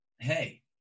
hey